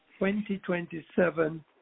2027